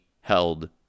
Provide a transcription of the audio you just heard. held